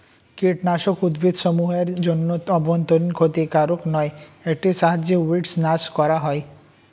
কীটনাশক উদ্ভিদসমূহ এর জন্য অভ্যন্তরীন ক্ষতিকারক নয় এটির সাহায্যে উইড্স নাস করা হয়